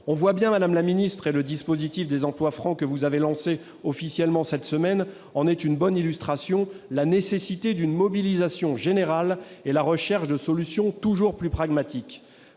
On voit bien, madame la ministre, et le dispositif des emplois francs que vous avez lancé officiellement cette semaine en est une bonne illustration, la nécessité d'une mobilisation générale et de la recherche de solutions toujours plus pragmatiques.